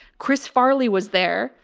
chris farley was there.